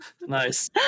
Nice